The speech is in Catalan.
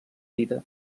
vida